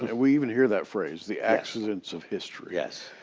ah we even hear that phrase, the accidents of history. yes.